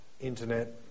internet